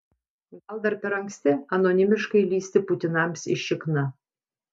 gal dar per anksti anonimiškai lįsti putinams į šikną